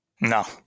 No